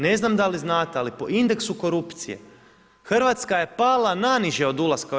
Ne znam da li znate, ali po indeksu korupcije, Hrvatska je pala naniže od ulaska u EU.